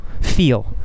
feel